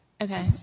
Okay